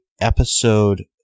episode